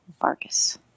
Vargas